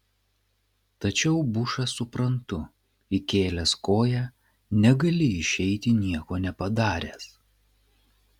tačiau bušą suprantu įkėlęs koją negali išeiti nieko nepadaręs